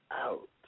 out